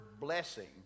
blessing